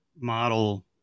model